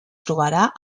trobarà